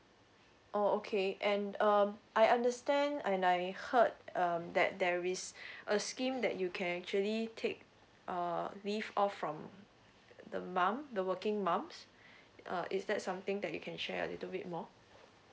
oh okay and um I understand and I heard um that there is a scheme that you can actually take err leave off from the mum the working mom err is that something that you can share a little bit more